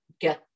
get